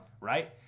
right